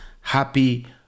happy